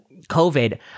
COVID